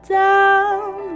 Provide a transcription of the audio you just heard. down